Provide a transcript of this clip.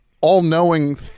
all-knowing